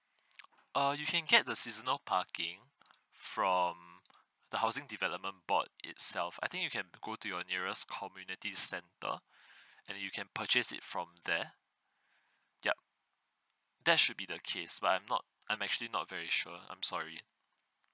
uh you can get the seasonal parking from the housing development board itself I think you can go to your nearest community centre and you can purchase it from there yup that should be the case but I'm not I'm actually not very sure I'm sorry